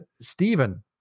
Stephen